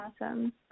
Awesome